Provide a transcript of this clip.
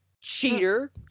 Cheater